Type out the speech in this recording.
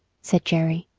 said jerry.